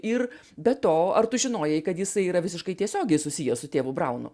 ir be to ar tu žinojai kad jisai yra visiškai tiesiogiai susijęs su tėvu braunu